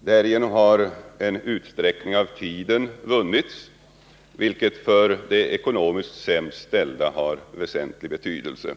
Därigenom har en utsträckning av tiden vunnits, vilket för de ekonomiskt sämst ställda har väsentlig betydelse.